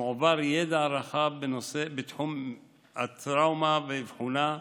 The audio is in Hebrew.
מועבר ידע רחב מתחום הטראומה ואבחונה,